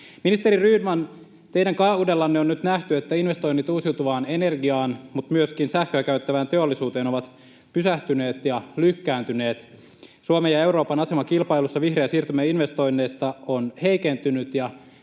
Ministeri Rydman, teidän kaudellanne on nyt nähty, että investoinnit uusiutuvaan energiaan mutta myöskin sähköä käyttävään teollisuuteen ovat pysähtyneet ja lykkääntyneet. Suomen ja Euroopan asema kilpailussa vihreän siirtymän investoinneista on heikentynyt,